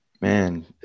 man